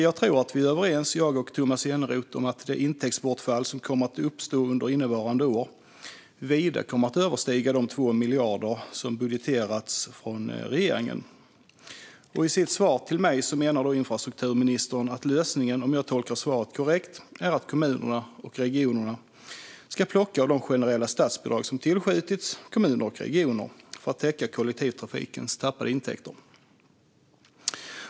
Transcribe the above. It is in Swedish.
Jag tror att jag och Tomas Eneroth är överens om att det intäktsbortfall som kommer att uppstå under innevarande år kommer att vida överstiga de 2 miljarder som regeringen har budgeterat för. I sitt svar till mig menar infrastrukturministern, om jag tolkar svaret korrekt, att lösningen är att kommunerna och regionerna ska plocka av de generella statsbidrag som har tillskjutits dem för att täcka kollektivtrafikens tappade intäkter.